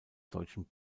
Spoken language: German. deutschen